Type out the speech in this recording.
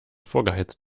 vorgeheizt